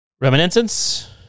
Reminiscence